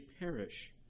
perish